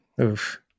Oof